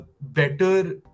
better